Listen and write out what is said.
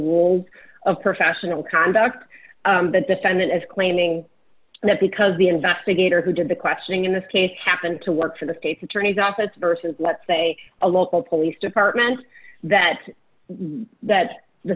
rules of professional conduct the defendant is claiming that because the investigator who did the questioning in this case happened to work for the state's attorney's office versus let's say a local police department that that's the